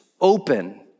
open